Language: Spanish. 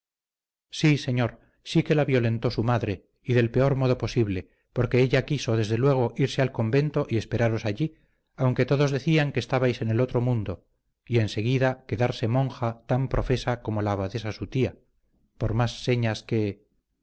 sí señor sí que la violentó su madre y del peor modo posible porque ella quiso desde luego irse al convento y esperaros allí aunque todos decían que estabais en el otro mundo y enseguida quedarse monja tan profesa como la abadesa su tía por más señas que